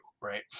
right